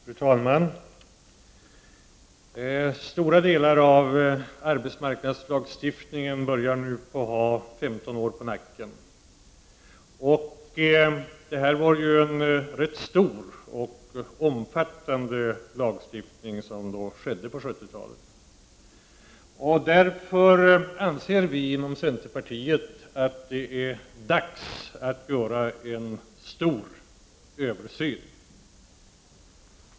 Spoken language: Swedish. Fru talman! Stora delar av arbetsmarknadslagstiftningen har nu snart 15 år på nacken. Det var ju en rätt stor och omfattande lagstiftning som skedde på 70-talet. Därför anser vi inom centerpartiet att det är dags att göra en stor översyn.